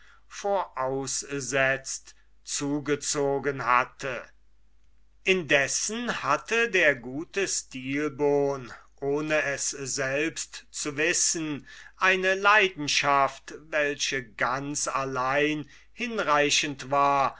voraussetzt zugezogen hatte indessen hatte der gute stilbon wiewohl ohne es selbst zu wissen eine leidenschaft welche ganz allein hinreichend war